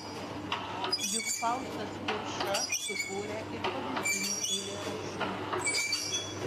juk faustas kirša sukūrė ir pavyzdinių eilėraščių